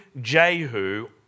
Jehu